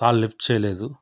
call lift చేయలేదు